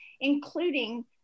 including